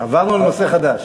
עברנו לנושא חדש.